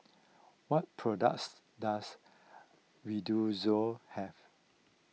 what products does Redoxon have